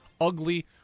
Ugly